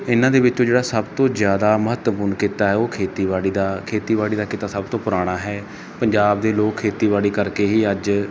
ਇਨ੍ਹਾਂ ਦੇ ਵਿੱਚ ਜਿਹੜਾ ਸਭ ਤੋਂ ਜਿਆਦਾ ਮਹੱਤਵਪੂਰਨ ਕਿੱਤਾ ਹੈ ਉਹ ਖੇਤੀਬਾੜੀ ਦਾ ਖੇਤੀਬਾੜੀ ਦਾ ਕਿੱਤਾ ਸਭ ਤੋਂ ਪੁਰਾਣਾ ਹੈ ਪੰਜਾਬ ਦੇ ਲੋਕ ਖੇਤੀਬਾੜੀ ਕਰਕੇ ਹੀ ਅੱਜ